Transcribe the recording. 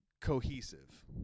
cohesive